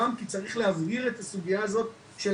כי צריך להבהיר את הסוגייה הזאתי של